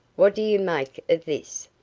what do you make of this?